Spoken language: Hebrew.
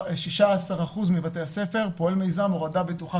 ב-16% מבתי הספר פועל מיזם הורדה בטוחה